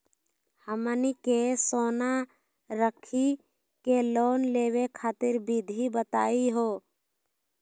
हमनी के सोना रखी के लोन लेवे खातीर विधि बताही हो?